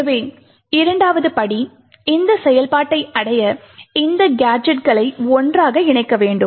எனவே இரண்டாவது படி இந்த செயல்பாட்டை அடைய இந்த கேஜெட் களை ஒன்றாக இணைக்க வேண்டும்